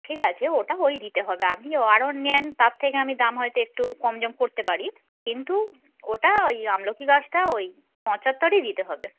ঠিক আছে ওটা ওই দিতে হবে আপনি আরও নেন তার থেকে আমি দাম হয়তো একটু কম জম করতে পারি কিন্তু ওটা ওই আমলকি গাছটা ওই পঁচাত্তরই দিতে হবে